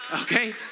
okay